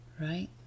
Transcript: right